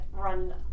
run